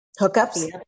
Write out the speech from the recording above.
Hookups